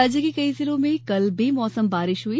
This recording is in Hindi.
राज्य के कई जिलों में कल बेमौसम बारिश भी हुई